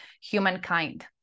humankind